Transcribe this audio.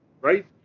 right